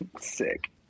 sick